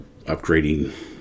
upgrading